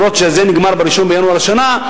אפילו שזה נגמר ב-1 בינואר השנה,